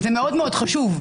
שזה מאוד מאוד חשוב,